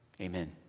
Amen